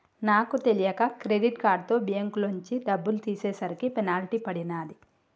నాకు తెలియక క్రెడిట్ కార్డుతో బ్యేంకులోంచి డబ్బులు తీసేసరికి పెనాల్టీ పడినాది